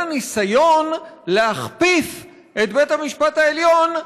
הניסיון להכפיף את בית-המשפט העליון לממשלה.